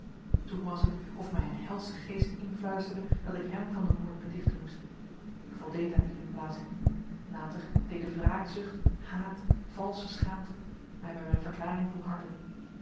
toen was het of mij een helsche geest influisterde dat ik hem van den moord betichten moest ik voldeed aan die inblazing later deden wraakzucht haat valsche schaamte mij bij mijn verklaring volharden